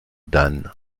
dann